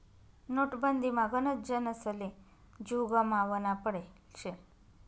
नोटबंदीमा गनच जनसले जीव गमावना पडेल शे